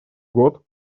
год